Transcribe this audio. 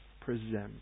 Present